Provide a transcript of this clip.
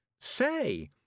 say